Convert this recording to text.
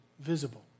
visible